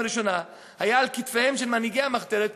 הראשונה היה על כתפיהם של מנהיגי המחתרת,